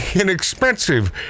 inexpensive